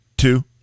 Two